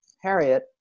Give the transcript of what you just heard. Harriet